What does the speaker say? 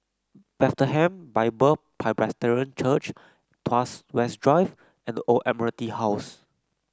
Bethlehem Bible Presbyterian Church Tuas West Drive and The Old Admiralty House